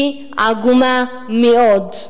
היא עגומה מאוד.